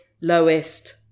lowest